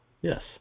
yes